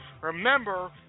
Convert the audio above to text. remember